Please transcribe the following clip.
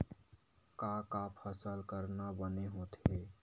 का का फसल करना बने होथे?